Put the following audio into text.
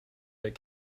that